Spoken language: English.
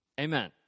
Amen